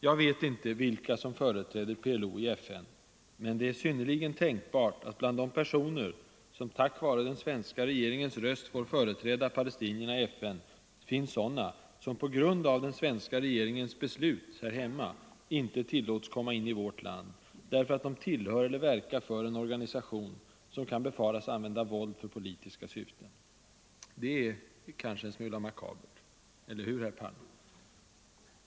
Jag vet inte vilka som företräder PLO i FN, men det är synnerligen tänkbart att bland de personer som tack vare den svenska regeringens röst får företräda palestinierna i FN finns sådana som på grund av den svenska regeringens beslut inte tillåts komma in i vårt land, därför att de tillhör eller verkar för en organisation som kan befaras använda våld för politiska syften. Det är kanske en smula makabert, eller hur herr Palme?